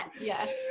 Yes